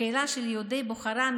הקהילה של יהודי בוכרה היא